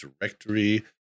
directory